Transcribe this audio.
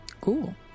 Cool